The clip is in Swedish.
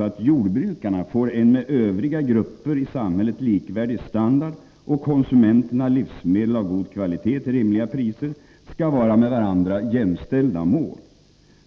Att jordbrukarna får en med övriga grupper i samhället likvärdig standard och att konsumenterna får livsmedel av god kvalitet till rimliga priser skall därvid vara med varandra jämställda mål.